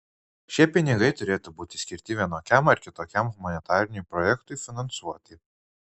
šie pinigai turėtų būti skirti vienokiam ar kitokiam humanitariniam projektui finansuoti